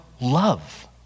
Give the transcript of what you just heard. love